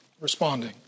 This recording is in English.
responding